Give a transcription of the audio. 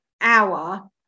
hour